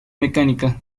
mecánica